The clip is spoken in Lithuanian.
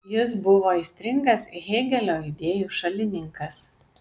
jis buvo aistringas hėgelio idėjų šalininkas